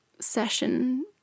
session